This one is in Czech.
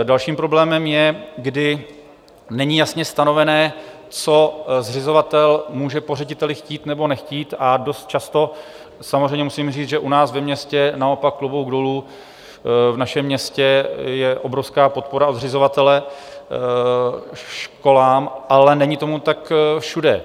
Dalším problémem je, kdy není jasně stanoveno, co zřizovatel může po řediteli chtít, nebo nechtít a dost často samozřejmě musím říct, že u nás ve městě naopak klobouk dolů, v našem městě je obrovská podpora od zřizovatele školám, ale není tomu tak všude.